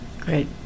Great